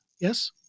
Yes